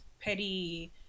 petty